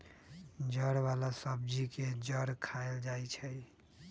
जड़ वाला सब्जी के जड़ खाएल जाई छई